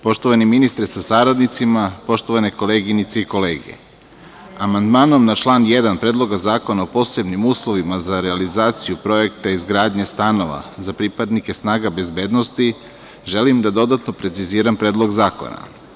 Poštovani ministre sa saradnicima, poštovane koleginice i kolege, amandmanom na član 1. Predloga zakona o posebnim uslovima za realizaciju projekta izgradnje stanova za pripadnike snaga bezbednosti želim da dodatno preciziram Predlog zakona.